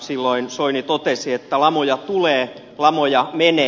silloin soini totesi että lamoja tulee lamoja menee